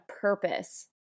purpose